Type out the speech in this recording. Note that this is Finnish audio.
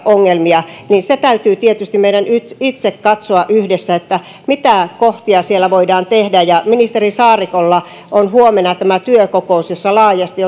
ongelmia niin se täytyy tietysti meidän itse itse katsoa yhdessä mitä kohtia siellä voidaan tehdä ministeri saarikolla on huomenna työkokous jossa laajasti